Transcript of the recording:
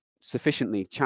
sufficiently